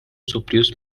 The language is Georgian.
მსოფლიოს